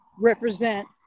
represent